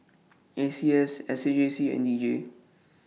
A C S S A J C and D J